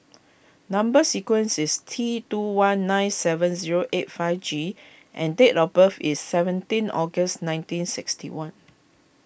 Number Sequence is T two one nine seven zero eight five G and date of birth is seventeen August ninteen sixty one